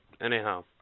Anyhow